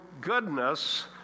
goodness